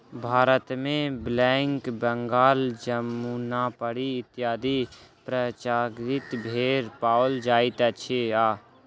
भारतमे ब्लैक बंगाल, जमुनापरी इत्यादि प्रजातिक भेंड़ पाओल जाइत अछि आ